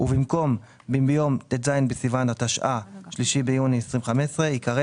ובמקום "מיום ט"ז בסיוון התשע"ה (3 ביוני 2015)" ייקרא